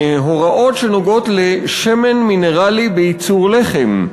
הוראות שנוגעות בשמן מינרלי בייצור לחם,